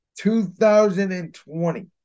2020